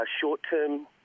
short-term